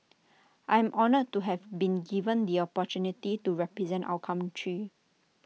I am honoured to have been given the opportunity to represent our country